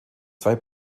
zwei